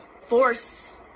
force